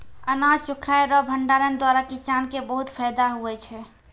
अनाज सुखाय रो भंडारण द्वारा किसान के बहुत फैदा हुवै छै